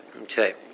Okay